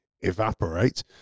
evaporate